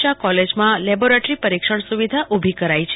શાહ કોલેજમાં લેબોરેટરી પરીક્ષણ સુવિધા ઉભી કરી છે